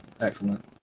excellent